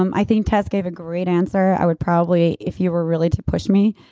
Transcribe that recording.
um i think tess gave a great answer. i would probably, if you were really to push me,